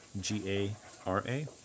g-a-r-a